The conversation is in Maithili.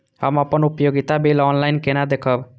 हम अपन उपयोगिता बिल ऑनलाइन केना देखब?